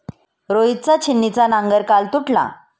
रोहितचा छिन्नीचा नांगर काल तुटला